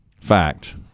Fact